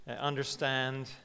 understand